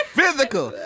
Physical